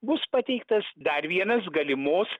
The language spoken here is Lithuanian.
bus pateiktas dar vienas galimos